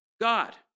God